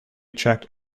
checked